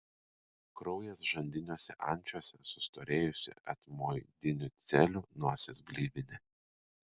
kraujas žandiniuose ančiuose sustorėjusi etmoidinių celių nosies gleivinė